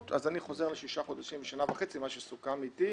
אז אני חוזר לשישה חודשים ושנה וחצי מה שסוכם איתי.